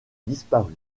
disparu